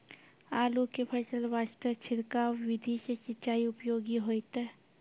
आलू के फसल वास्ते छिड़काव विधि से सिंचाई उपयोगी होइतै?